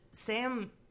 Sam